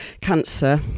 cancer